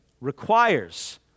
requires